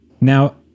Now